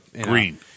green